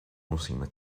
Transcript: musíme